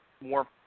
more